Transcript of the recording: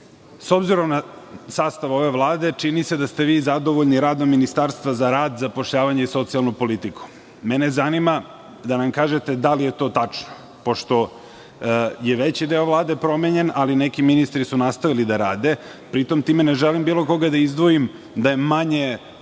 S obzirom na sastav ove Vlade čini se da ste vi zadovoljni radom Ministarstva za rad, zapošljavanje i socijalnu politiku. Zanima me da nam kažete da li je to tačno, pošto je veći deo Vlade promenjen, ali neki ministri su nastavili da rade, pri tom time ne želim bilo koga da izdvojim, da je manje dobar